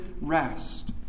rest